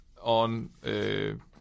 on